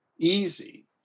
easy